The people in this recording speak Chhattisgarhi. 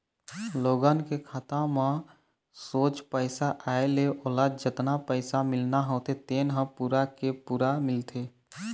लोगन के खाता म सोझ पइसा आए ले ओला जतना पइसा मिलना होथे तेन ह पूरा के पूरा मिलथे